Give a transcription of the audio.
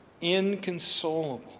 inconsolable